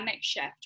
shift